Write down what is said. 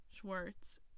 Schwartz